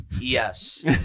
Yes